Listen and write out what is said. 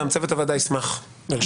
צוות הוועדה ישמח לרשום אותם.